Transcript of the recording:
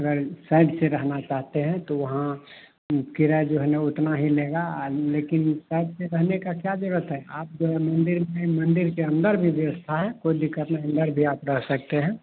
अगर साइड से रहना चाहते हैं तो वहाँ किराया जो है न उतना ही लेगा आदमी लेकिन सबसे रहने का क्या जरूरत है आप जो है मंदिर में मंदिर के अंदर भी व्यवस्था है कोई दिक्कत नहीं अंदर भी आप रह सकते हैं